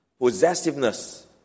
possessiveness